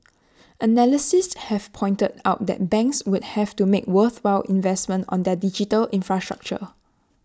analysts have pointed out that banks would have to make worthwhile investments on their digital infrastructure